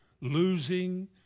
Losing